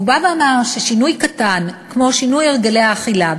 והוא בא ואמר ששינוי קטן כמו שינוי הרגלי האכילה,